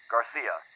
Garcia